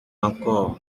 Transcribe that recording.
encore